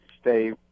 stay